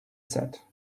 said